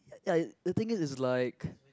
ya the thing is it's like